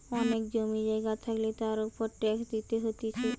অনেক জমি জায়গা থাকলে তার উপর ট্যাক্স দিতে হতিছে